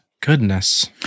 Goodness